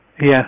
Yes